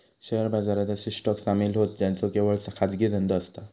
share बाजारात असे stock सामील होतं ज्यांचो केवळ खाजगी धंदो असता